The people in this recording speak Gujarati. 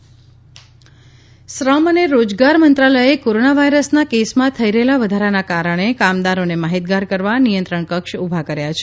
કામદારો નિયંત્રણ કક્ષ શ્રમ અને રોજગાર મંત્રાલયે કોરોના વાયરસના કેસમાં થઇ રહેલા વધારાના કારણે કામદારોને માહિતગાર કરવા નિયંત્રણ કક્ષ ઉભા કર્યા છે